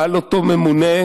על אותו ממונה,